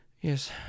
Yes